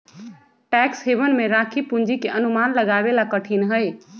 tax haven में राखी पूंजी के अनुमान लगावे ला कठिन हई